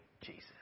Jesus